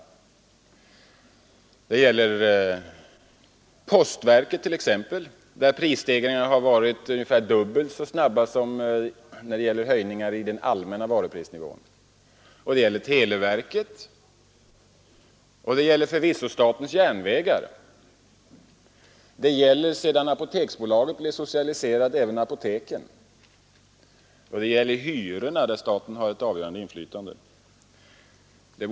Det gäller t.ex. postverket, där prisstegringarna har skett ungefär dubbelt så snabbt som höjningen av den allmänna varuprisnivån. Det gäller televerket, och det gäller förvisso statens järnvägar. Det gäller, sedan apoteksbolaget blev socialiserat, även apoteken, och det gäller hyrorna, där staten har ett avgörande inflytande.